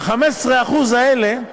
ב-15% האלה,